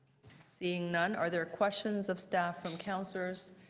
seeing none are there questions of staff from counselors